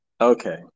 Okay